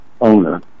owner